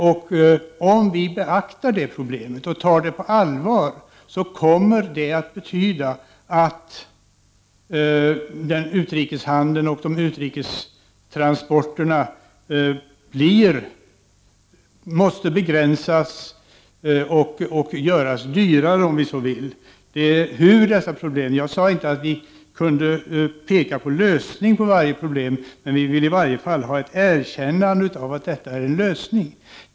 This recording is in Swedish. Om vi inte beaktar det problemet och tar det på allvar, kommer det att betyda att utrikeshandeln och de utrikes transporterna måste begränsas — göras dyrare, om vi så vill. Jag sade inte att vi kan peka på lösning på varje problem, men vi vill i varje fall ha ett erkännande av att detta är ett problem.